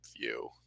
view